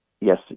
yes